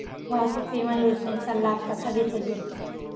वाहतूक विमा योजनेचा लाभ कसा घेता येईल?